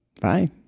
Bye